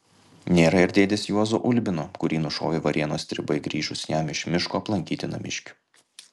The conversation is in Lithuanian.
nėra ir dėdės juozo ulbino kurį nušovė varėnos stribai grįžus jam iš miško aplankyti namiškių